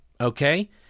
okay